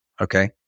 Okay